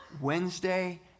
Wednesday